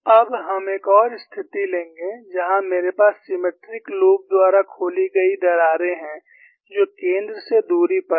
अब हम एक और स्थिति लेंगे जहां मेरे पास सिमेट्रिक लूप द्वारा खोली गई दरारें हैं जो केंद्र से दूरी पर हैं